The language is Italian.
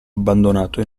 abbandonato